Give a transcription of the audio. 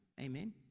amen